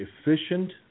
efficient